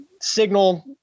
signal